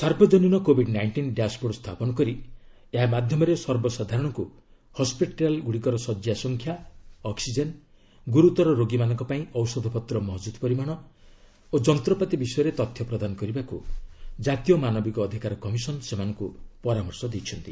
ସାର୍ବଜନୀନ କୋବିଡ୍ ନାଇଷ୍ଟିନ୍ ଡ୍ୟାସ୍ବୋର୍ଡ ସ୍ଥାପନ କରି ଏହା ମାଧ୍ୟମରେ ସର୍ବସାଧାରଣଙ୍କୁ ହସିଟାଲ ଗୁଡ଼ିକର ଶଯ୍ୟାସଂଖ୍ୟା ଅକ୍ୱିଜେନ୍ ଗୁରୁତର ରୋଗୀମାନଙ୍କ ପାଇଁ ଔଷଧପତ୍ର ମହଜୁଦ ପରିମାଣ ଓ ଯନ୍ତପାତି ବିଷୟରେ ତଥ୍ୟ ପ୍ରଦାନ କରିବାକୁ ଜାତୀୟ ମାନବିକ ଅଧିକାର କମିସନ ସେମାନଙ୍କୁ ପରାମର୍ଶ ଦେଇଛନ୍ତି